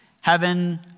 Heaven